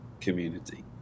community